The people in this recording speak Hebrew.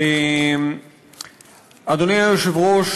אדוני היושב-ראש,